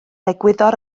egwyddor